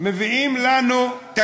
אפשר היה לשים אותן במחשב.